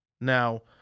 Now